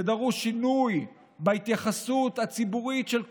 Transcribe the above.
זה דורש שינוי בהתייחסות הציבורית של כולנו.